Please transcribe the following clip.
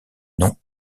nom